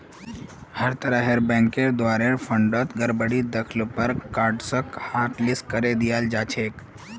हर तरहर बैंकेर द्वारे फंडत गडबडी दख ल पर कार्डसक हाटलिस्ट करे दियाल जा छेक